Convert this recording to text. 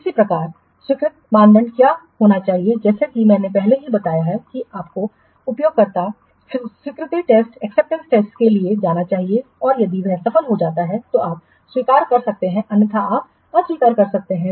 इसी प्रकार स्वीकृति मानदंड क्या होना चाहिए जैसा कि मैंने पहले ही बताया है कि आपको उपयोगकर्ता स्वीकृतिटेस्टके लिए जाना चाहिए और यदि यह सफल है तो आप स्वीकार कर सकते हैं अन्यथा आप अस्वीकार कर सकते हैं